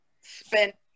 spent